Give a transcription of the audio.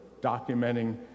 documenting